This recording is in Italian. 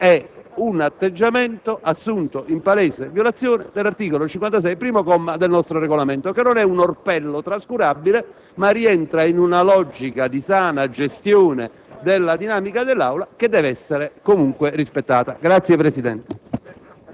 È un atteggiamento assunto in palese violazione dell'articolo 56, comma 1, del nostro Regolamento, che non è un orpello trascurabile, ma rientra in una logica di sana gestione della dinamica dell'Assemblea che deve essere comunque rispettata.